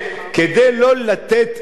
כדי לא לתת,